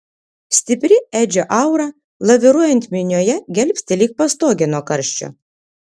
stipri edžio aura laviruojant minioje gelbsti lyg pastogė nuo karščio